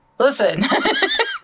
Listen